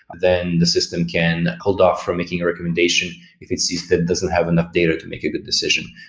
then the system can hold off from making a recommendation if it sees that it doesn't have enough data to make a good decision.